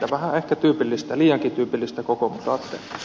vähän ehkä tyypillistä liiankin tyypillistä kokoomusaatteelle